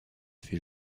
fait